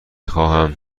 خواهم